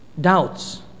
Doubts